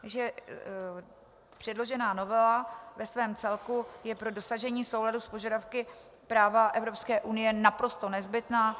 Takže předložená novela ve svém celku je pro dosažení souladu s požadavky práva Evropské unie naprosto nezbytná.